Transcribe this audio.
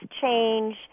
change